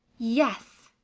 yes!